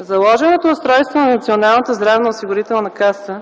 Заложеното устройство на Националната здравноосигурителна каса